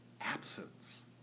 absence